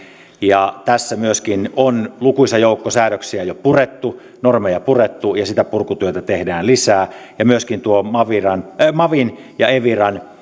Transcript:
tässä myöskin on lukuisa joukko säädöksiä jo purettu normeja purettu ja sitä purkutyötä tehdään lisää myöskin tuo mavin ja eviran